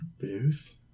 booth